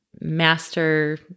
master